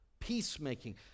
peacemaking